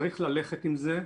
צריך ללכת עם זה.